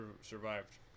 survived